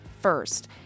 First